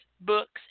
books